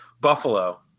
Buffalo